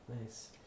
Nice